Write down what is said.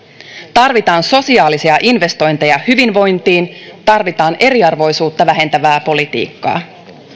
tarvitaan sosiaalisia investointeja hyvinvointiin tarvitaan eriarvoisuutta vähentävää politiikkaa